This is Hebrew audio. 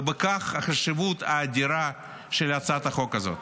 ובכך החשיבות האדירה של הצעת החוק הזאת.